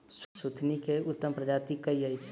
सुथनी केँ उत्तम प्रजाति केँ अछि?